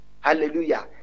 Hallelujah